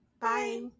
Bye